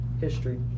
history